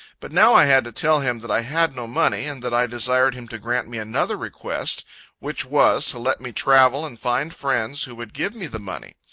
but now i had to tell him that i had no money, and that i desired him to grant me another request which was, to let me travel and find friends, who would give me the money.